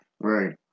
right